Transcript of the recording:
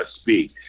speak